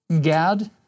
Gad